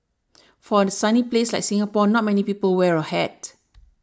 for a sunny place like Singapore not many people wear a hat